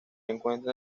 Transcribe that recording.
encuentra